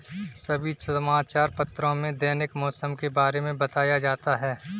सभी समाचार पत्रों में दैनिक मौसम के बारे में बताया जाता है